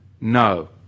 No